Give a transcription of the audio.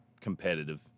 competitive